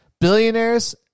billionaires